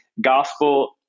gospel